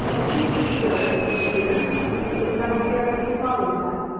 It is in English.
i can't be sure as to the year. i think it was about a year after his father's death.